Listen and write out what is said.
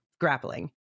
grappling